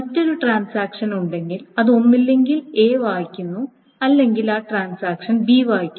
മറ്റൊരു ട്രാൻസാക്ഷൻ ഉണ്ടെങ്കിൽ അത് ഒന്നുകിൽ A വായിക്കുന്നു അല്ലെങ്കിൽ ആ ട്രാൻസാക്ഷൻ B വായിക്കുന്നു